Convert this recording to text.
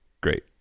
great